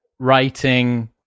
writing